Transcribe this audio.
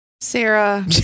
Sarah